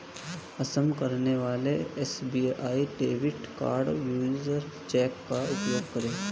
अक्षम करने वाले SBI debit card usage change का उपयोग करें